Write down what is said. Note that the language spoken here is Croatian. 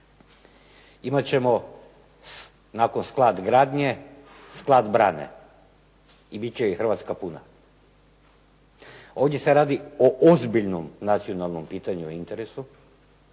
Imat ćemo nakon sklad gradnje sklad brane i bit će ih Hrvatska puna. Ovdje se radi o ozbiljnom nacionalnom pitanju i interesu